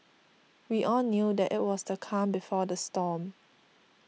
we all knew that it was the calm before the storm